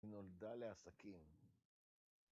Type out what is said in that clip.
נולדה לעסקים